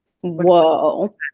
Whoa